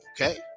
okay